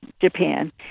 Japan